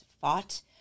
fought